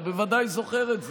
אתה בוודאי זוכר את זה.